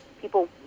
people